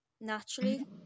naturally